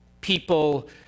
people